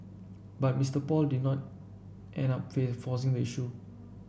but Mister Paul did not end up forcing the issue